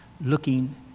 looking